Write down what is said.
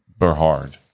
berhard